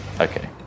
Okay